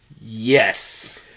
Yes